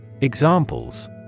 Examples